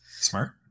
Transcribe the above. smart